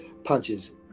punches